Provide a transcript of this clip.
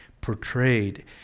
portrayed